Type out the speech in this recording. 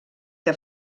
que